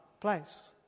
place